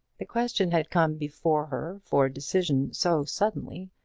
the question had come before her for decision so suddenly,